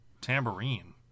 Tambourine